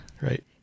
right